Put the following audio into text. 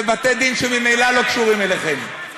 אלה בתי-דין שממילא לא קשורים אליכם.